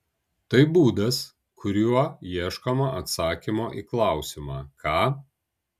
tai būdas kuriuo ieškoma atsakymo į klausimą ką